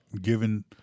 given